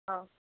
ହଉ